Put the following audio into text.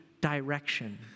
direction